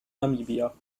namibia